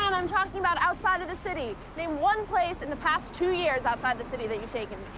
and i'm talking about outside of the city. name one place in the past two years outside the city that you've taken